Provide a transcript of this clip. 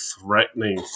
threatening